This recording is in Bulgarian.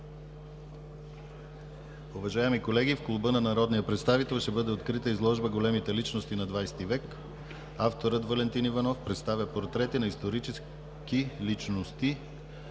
Валентин Иванов представя портрети на исторически личности